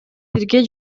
бирге